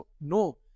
No